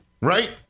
Right